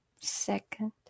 second